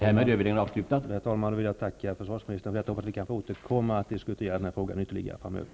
Herr talman! Jag vill tacka försvarsministern för detta. Vi kanske kan åter komma för att diskutera den här frågan ytterligare framöver.